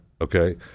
okay